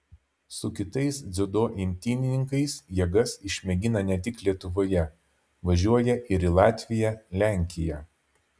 su kitais dziudo imtynininkais jėgas išmėgina ne tik lietuvoje važiuoja ir į latviją lenkiją